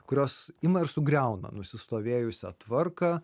kurios ima ir sugriauna nusistovėjusią tvarką